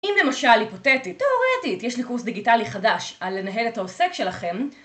אם למשל היפותטית, תיאורטית, יש לי קורס דיגיטלי חדש על לנהל את העוסק שלכם